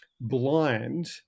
blind